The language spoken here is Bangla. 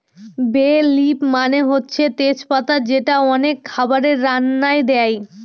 বে লিফ মানে হচ্ছে তেজ পাতা যেটা অনেক খাবারের রান্নায় দেয়